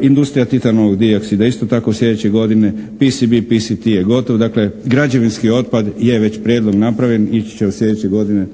Industrija titanovog dioksida isto tako slijedeće godine, PSB PST je gotov, dakle građevinski otpad je već prijedlog napravljen, ići će od slijedeće godine.